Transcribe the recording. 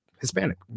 Hispanic